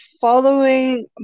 following